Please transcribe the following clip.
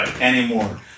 anymore